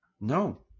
No